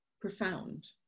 profound